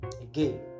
again